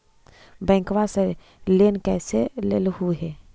बैंकवा से लेन कैसे लेलहू हे?